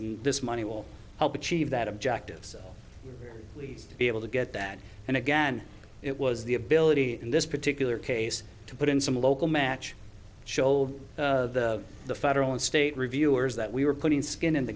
and this money will help achieve that objective so please be able to get that and again it was the ability in this particular case to put in some local match show the federal and state reviewers that we were putting skin in the